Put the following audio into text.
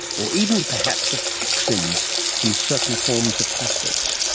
or even perhaps of toxins from certain forms of plastics.